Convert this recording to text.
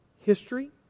history